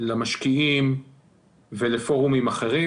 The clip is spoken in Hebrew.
למשקיעים ולפורומים אחרים.